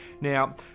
Now